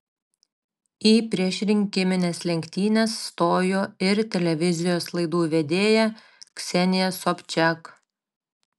į priešrinkimines lenktynes stojo ir televizijos laidų vedėja ksenija sobčiak